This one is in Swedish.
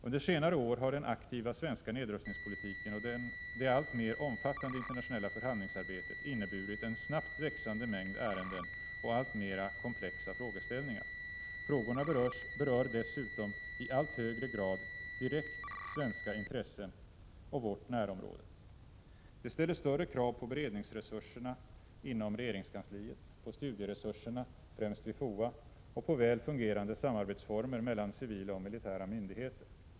Under senare år har den aktiva svenska nedrustningspolitiken och det alltmer omfattande internationella förhandlingsarbetet inneburit en snabbt växande mängd ärenden och alltmera komplexa frågeställningar. Frågorna berör dessutom i allt högre grad direkta svenska intressen och vårt närområde. Detta ställer större krav på beredningsresurserna inom regeringskansliet, på studieresurserna främst vid FOA och på väl fungerande samarbetsformer mellan civila och militära myndigheter.